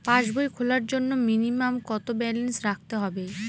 পাসবই খোলার জন্য মিনিমাম কত ব্যালেন্স রাখতে হবে?